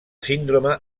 síndrome